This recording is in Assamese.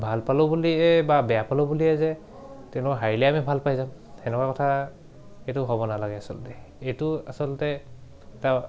ভাল পালোঁ বুলিয়ে বা বেয়া পালোঁ বুলিয়ে যে তেওঁ হাৰিলে আমি ভাল পাই যাম সেনেকুৱা কথা এইটো হ'ব নালাগে আচলতে এইটো আচলতে এটা